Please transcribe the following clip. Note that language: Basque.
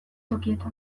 tokietan